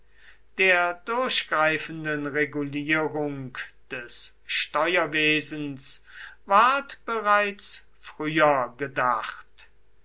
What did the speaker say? der durchgreifenden regulierung des steuerwesens ward bereits früher gedacht